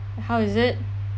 how is it